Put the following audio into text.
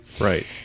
Right